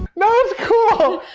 no, it's cool.